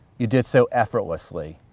you did so effortlessly,